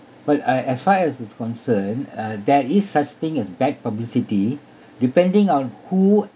but I as far as it's concerned uh there is such thing as bad publicity depending on who